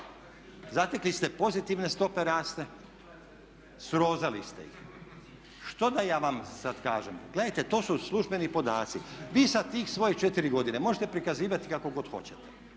Zatekli ste pozitivne stope rasta, srozali ste ih. Što da ja vama sad kažem? Gledajte, to su službeni podaci. Vi sa svoje 4 godine možete prikazivati kako god hoćete